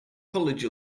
college